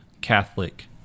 catholic